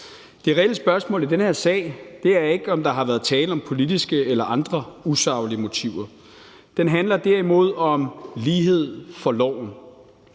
Det reelle spørgsmål i den her sag er ikke, om der har været tale om politiske eller andre usaglige motiver. Den handler derimod om lighed for loven.